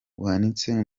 buhanitse